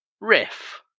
Riff